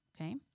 Okay